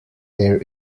air